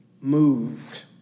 moved